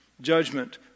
Judgment